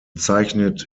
zeichnet